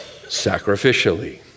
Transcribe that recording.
sacrificially